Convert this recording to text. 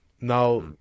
now